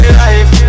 life